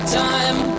time